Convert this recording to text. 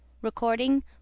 Recording